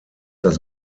das